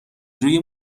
روی